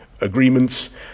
agreements